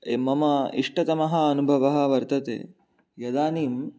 मम इष्टतमः अनुभवः वर्तते इदानीं